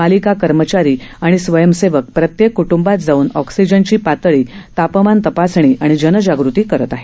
पालिका कर्मचारी आणि स्वयंसेवक प्रत्येक क्ट्ंबात जाऊन ऑक्सिजनची पातळी तापमान तपासणी आणि जनजागृती करत आहे